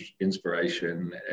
inspiration